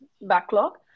backlog